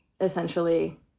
essentially